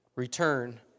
return